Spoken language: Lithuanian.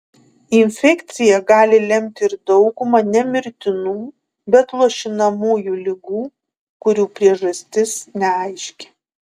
infekcija gali lemti ir daugumą ne mirtinų bet luošinamųjų ligų kurių priežastis neaiški